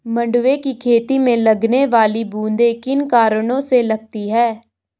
मंडुवे की खेती में लगने वाली बूंदी किन कारणों से लगती है?